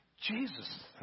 Jesus